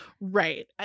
right